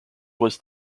was